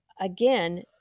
again